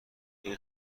این